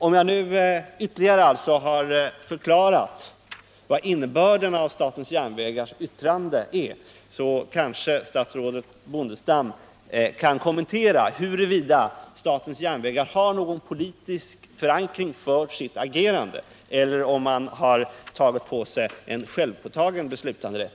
Om jag härmed ytterligare har förklarat innebörden i statens järnvägars yttrande, kanske statsrådet Bondestam kan kommentera huruvida statens järnvägar har någon politisk förankring för sitt agerande eller om det rör sig om en självtagen beslutanderätt.